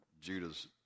Judah's